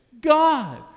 God